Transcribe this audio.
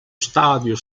stadio